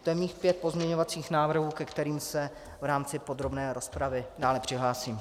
To je mých pět pozměňovacích návrhů, ke kterým se v rámci podrobné rozpravy dále přihlásím.